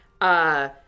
Uh-